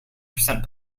percent